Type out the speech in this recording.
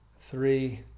three